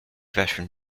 veteran